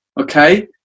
okay